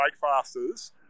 Breakfasters